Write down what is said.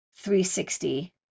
360